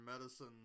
medicine